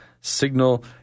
Signal